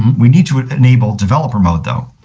we need to enable developer mode though.